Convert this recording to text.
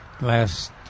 last